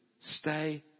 stay